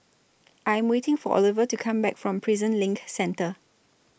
I Am waiting For Oliver to Come Back from Prison LINK Centre